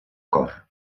cor